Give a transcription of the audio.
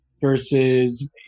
versus